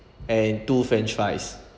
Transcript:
and two french fries